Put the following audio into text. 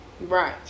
Right